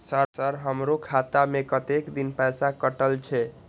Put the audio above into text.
Sir हमारो खाता में कतेक दिन पैसा कटल छे?